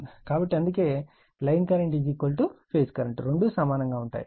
కాబట్టి అందుకే ఈ లైన్ కరెంట్ ఫేజ్ కరెంట్ రెండూ సమానంగా ఉంటాయి